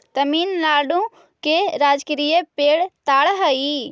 तमिलनाडु के राजकीय पेड़ ताड़ हई